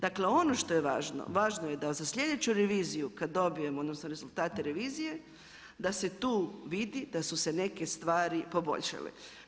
Dakle ono što je važno, važno je da za sljedeću reviziju kada dobijemo odnosno rezultate revizije da se tu vidi, da su se neke stvari poboljšale.